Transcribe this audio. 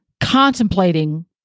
contemplating